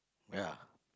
ya